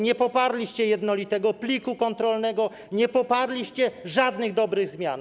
Nie poparliście jednolitego pliku kontrolnego, nie poparliście żadnych dobrych zmian.